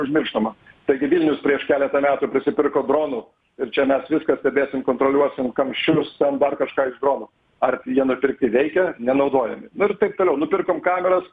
užmirštama taigi vilnius prieš keletą metų prisipirko dronų ir čia mes viską stebėsim kontroliuosim kamščius ten dar kažką iš dronų ar jie nupirkti veikia nenaudojami nu ir taip toliau nupirkom kameras